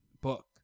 book